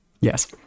Yes